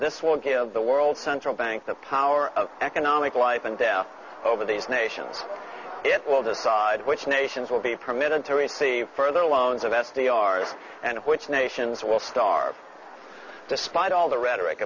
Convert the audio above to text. this will give the world's central bank the power of economic life and death over these nations it will decide which nations will be permitted to receive further loans of s t r's and which nations will starve despite all the rhetoric